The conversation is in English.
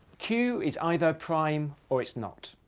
q is either prime, or it's not.